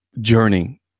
journey